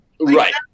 Right